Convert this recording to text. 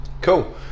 Cool